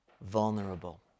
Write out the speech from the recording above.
vulnerable